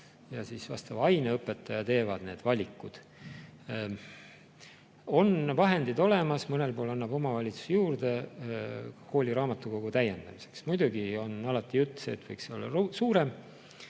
ja vastava aine õpetaja teevad need valikud. Vahendid on olemas, mõnel pool annab omavalitsus [raha] juurde kooliraamatukogu täiendamiseks. Muidugi on alati jutt see, et võiks olla suurem.